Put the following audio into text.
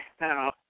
Now